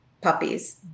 puppies